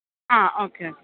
ആ okay okay